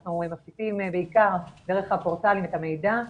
אנחנו מפיצים בעיקר דרך הפורטלים את המידע,